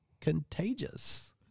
contagious